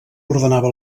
ordenava